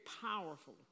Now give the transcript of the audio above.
powerful